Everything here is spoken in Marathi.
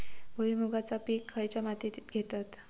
भुईमुगाचा पीक खयच्या मातीत घेतत?